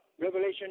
Revelation